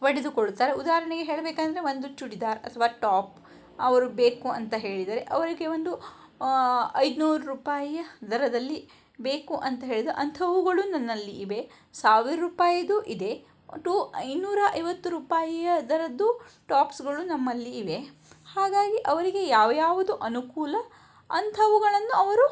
ಪಡೆದುಕೊಳ್ಳುತ್ತಾರೆ ಉದಾಹರ್ಣೆಗೆ ಹೇಳಬೇಕಂದ್ರೆ ಒಂದು ಚೂಡಿದಾರ ಅಥವಾ ಟಾಪ್ ಅವರು ಬೇಕು ಅಂತ ಹೇಳಿದರೆ ಅವರಿಗೆ ಒಂದು ಐದುನೂರು ರೂಪಾಯಿಯ ದರದಲ್ಲಿ ಬೇಕು ಅಂತ ಹೇಳಿದರೆ ಅಂಥವುಗಳು ನನ್ನಲ್ಲಿ ಇವೆ ಸಾವಿರ ರೂಪಾಯಿಯದ್ದು ಇದೆ ಟೂ ಇನ್ನೂರ ಐವತ್ತು ರೂಪಾಯಿಯ ದರದ್ದು ಟಾಪ್ಸ್ಗಳು ನಮ್ಮಲ್ಲಿ ಇವೆ ಹಾಗಾಗಿ ಅವರಿಗೆ ಯಾವ ಯಾವುದು ಅನುಕೂಲ ಅಂಥವುಗಳನ್ನು ಅವರು